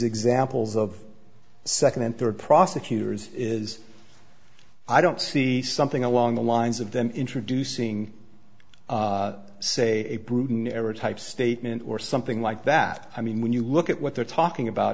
examples of second and third prosecutors is i don't see something along the lines of them introducing say a proven error type statement or something like that i mean when you look at what they're talking about